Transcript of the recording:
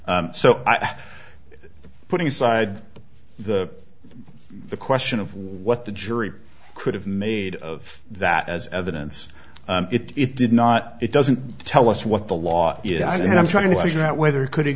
so i'm putting aside the the question of what the jury could have made of that as evidence it did not it doesn't tell us what the law it and i'm trying to figure out whether could have